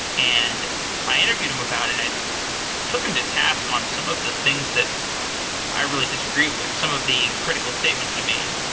and i interviewed him about it and i took him to task on some of the things that i really disagree with, some of the critical statements he made.